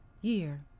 year